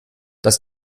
das